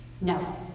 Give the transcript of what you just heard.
No